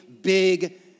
big